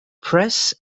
press